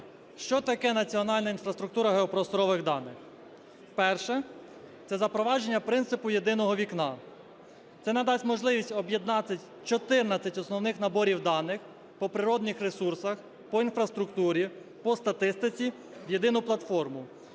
Що таке національна інфраструктура геопросторових даних? Перше – це запровадження принципу "єдиного вікна". Це надасть можливість об'єднати 14 основних наборів даних по природних ресурсах, по інфраструктурі, по статистиці в єдину платформу.